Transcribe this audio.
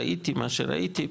ראיתי מה שראיתי,